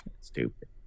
Stupid